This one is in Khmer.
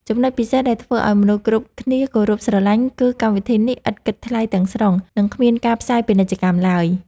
ចំណុចពិសេសដែលធ្វើឱ្យមនុស្សគ្រប់គ្នាគោរពស្រឡាញ់គឺកម្មវិធីនេះឥតគិតថ្លៃទាំងស្រុង និង គ្មានការផ្សាយពាណិជ្ជកម្មឡើយ។